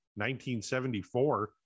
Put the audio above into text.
1974